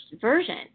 version